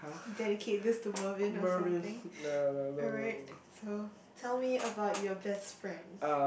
dedicate this to Mervin or something alright so tell me about your best friend